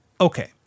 okay